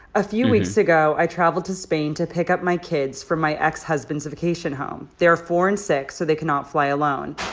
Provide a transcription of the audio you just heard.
a few weeks ago, i traveled to spain to pick up my kids from my ex-husband's vacation home. they're four and six, so they cannot fly alone.